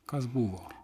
kas buvo